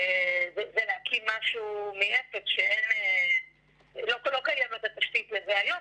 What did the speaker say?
זה להקים משהו מאפס שלא קיימת התשתית לזה היום,